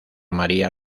maría